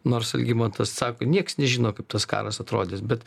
nors algimantas sako kad nieks nežino kaip tas karas atrodys bet